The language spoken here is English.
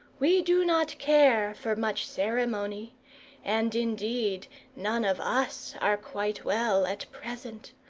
we do not care for much ceremony and indeed none of us are quite well at present.